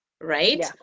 right